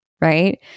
right